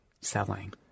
selling